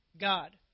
God